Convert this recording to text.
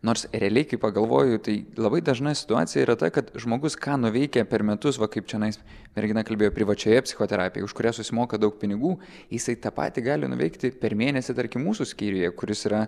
nors realiai kai pagalvoju tai labai dažna situacija yra ta kad žmogus ką nuveikė per metus va kaip čianais mergina kalbėjo privačioje psichoterapijoj už kurią susimoka daug pinigų jisai tą patį gali nuveikti per mėnesį tarkim mūsų skyriuje kuris yra